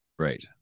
Right